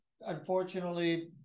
unfortunately